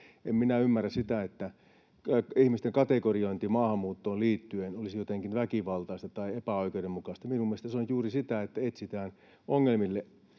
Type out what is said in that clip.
minä ymmärrä sitä, että ihmisten kategorisointi maahanmuuttoon liittyen olisi jotenkin väkivaltaista tai epäoikeudenmukaista. Minun mielestäni se on juuri sitä, että etsitään ongelmille